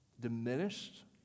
diminished